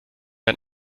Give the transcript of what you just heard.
ein